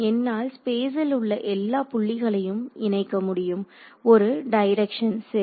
என்னால் ஸ்பேஸில் உள்ள எல்லா புள்ளிகளையும் இணைக்க முடியும் ஒரு டைரக்சன் சரி